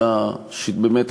באמת,